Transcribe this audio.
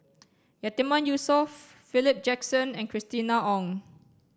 Yatiman Yusof Philip Jackson and Christina Ong